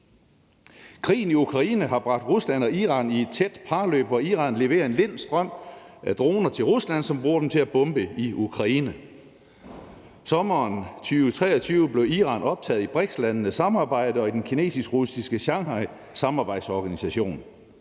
Krigen i Ukraine har bragt Rusland og Iran sammen i et tæt parløb, hvor Iran leverer en lind strøm af droner til Rusland, som bruger dem til at bombe i Ukraine. I sommeren 2023 blev Iran optaget i BRIKS-landenes samarbejde og i den kinesisk-russiske shanghaisamarbejdsorganisation.